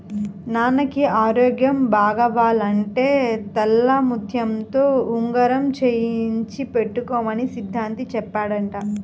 నాన్నకి ఆరోగ్యం బాగవ్వాలంటే తెల్లముత్యంతో ఉంగరం చేయించి పెట్టుకోమని సిద్ధాంతి చెప్పాడంట